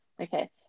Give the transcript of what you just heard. Okay